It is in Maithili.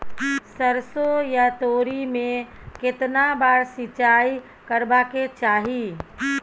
सरसो या तोरी में केतना बार सिंचाई करबा के चाही?